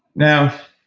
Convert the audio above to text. now,